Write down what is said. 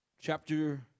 chapter